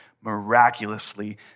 miraculously